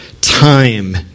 Time